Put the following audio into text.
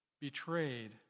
betrayed